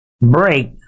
break